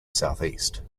southeast